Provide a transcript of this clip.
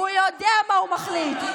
הוא יודע מה הוא מחליט.